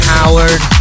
Howard